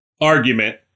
argument